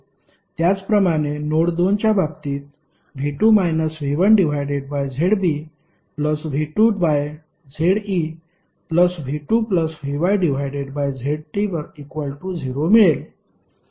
त्याचप्रमाणे नोड 2 च्या बाबतीत V2 V1ZBV2ZEV2VYZC0 मिळेल